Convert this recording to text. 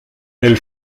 elle